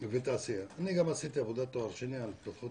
והתעשייה אני עשיתי עבודת תואר שני על תוכניות